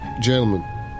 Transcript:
gentlemen